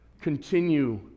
Continue